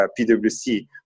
PwC